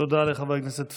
תודה לחבר הכנסת פורר.